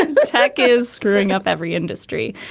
the tech is stirring up every industry.